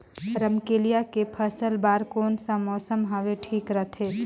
रमकेलिया के फसल बार कोन सा मौसम हवे ठीक रथे?